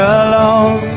alone